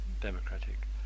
democratic